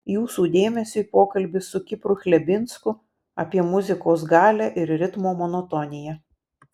jūsų dėmesiui pokalbis su kipru chlebinsku apie muzikos galią ir ritmo monotoniją